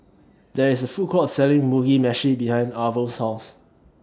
There IS A Food Court Selling Mugi Meshi behind Arvel's House